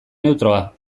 neutroa